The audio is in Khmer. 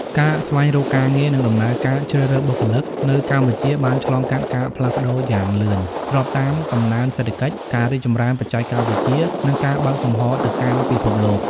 ការស្វែងរកការងារ និងដំណើរការជ្រើសរើសបុគ្គលិកនៅកម្ពុជាបានឆ្លងកាត់ការផ្លាស់ប្ដូរយ៉ាងលឿនស្របតាមកំណើនសេដ្ឋកិច្ច ការរីកចម្រើនបច្ចេកវិទ្យា និងការបើកចំហរទៅកាន់ពិភពលោក។